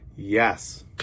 Yes